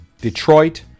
Detroit